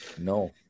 no